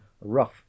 rough